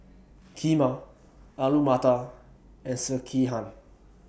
Kheema Alu Matar and Sekihan